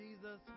jesus